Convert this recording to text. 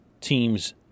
teams